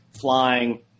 flying